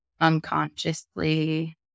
unconsciously